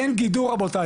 אין גידור רבותי,